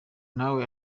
nawe